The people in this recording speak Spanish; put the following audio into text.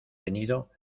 tenido